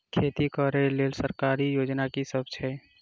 खेती करै लेल सरकारी योजना की सब अछि?